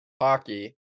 hockey